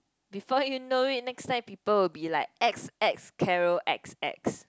before you know it next time people will be like X X Carol X X